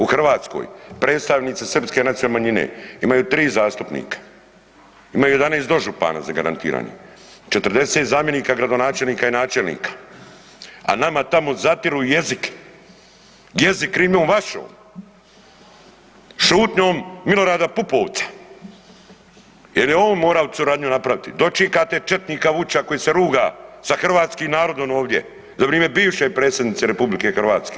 U Hrvatskoj, predstavnici srpske nacionalne manjine imaju 3 zastupnika, imaju 11 dožupana zagarantiranih, 40 zamjenika gradonačelnika i načelnika, a nama tamo zatiru jezik, jezik krivnjom vašom, šutnjom M. Pupovca jer je on morao suradnju napraviti, dočekate četnika Vučića koji se ruga sa hrvatskim narodom ovdje, za vrijeme bivše Predsjednice RH.